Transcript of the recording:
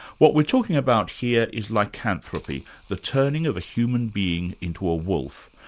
what we're talking about here is lycanthropy the turning of a human being into a wolf,